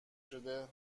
شده